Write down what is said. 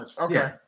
Okay